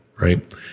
right